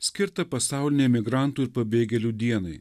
skirtą pasaulinei emigrantų ir pabėgėlių dienai